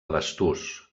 basturs